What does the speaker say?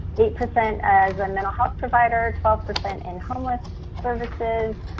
eight percent as and mental health providers, twelve percent in homeless services,